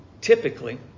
Typically